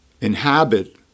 inhabit